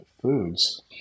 foods